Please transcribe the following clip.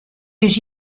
des